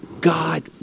God